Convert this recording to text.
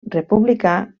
republicà